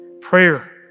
Prayer